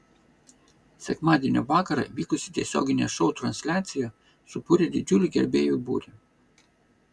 sekmadienio vakarą vykusi tiesioginė šou transliacija subūrė didžiulį gerbėjų būrį